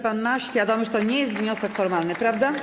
Pan ma świadomość, że to nie jest wniosek formalny, prawda?